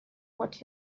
what